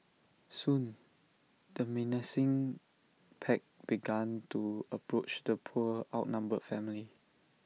soon the menacing pack began to approach the poor outnumbered family